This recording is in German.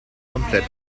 komplett